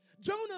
Jonah